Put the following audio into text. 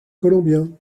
colombien